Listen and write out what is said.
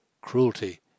cruelty